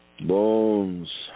bones